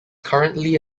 currently